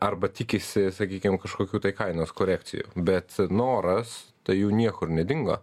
arba tikisi sakykim kažkokių tai kainos korekcijų bet noras tai jų niekur nedingo